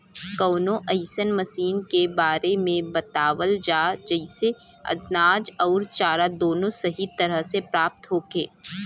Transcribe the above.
कवनो अइसन मशीन के बारे में बतावल जा जेसे अनाज अउर चारा दोनों सही तरह से प्राप्त होखे?